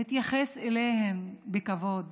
להתייחס אליהן בכבוד,